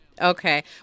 Okay